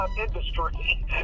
industry